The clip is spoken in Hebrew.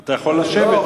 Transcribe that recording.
אתה יכול לשבת.